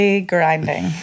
grinding